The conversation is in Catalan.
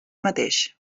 mateix